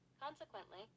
Consequently